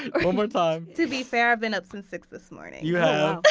um one more time! to be fair, i've been up since six this morning you yeah